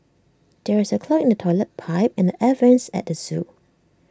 there is A clog in the Toilet Pipe and the air Vents at the Zoo